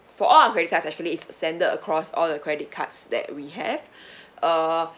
for all our credit cards are actually it's standard across all the credit cards that we have err